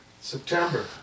September